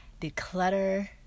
Declutter